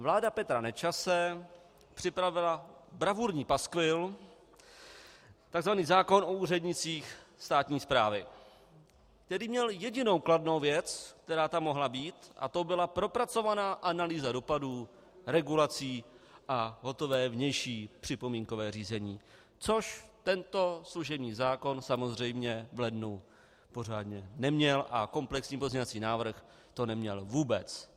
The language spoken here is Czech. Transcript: Vláda Petra Nečase připravila bravurní paskvil, tzv. zákon o úřednících státní správy, který měl jedinou kladnou věc, která tam mohla být, a to byla propracovaná analýza dopadů regulací a hotové vnější připomínkové řízení, což tento služební zákon samozřejmě v lednu pořádně neměl a komplexní pozměňovací návrh to neměl vůbec.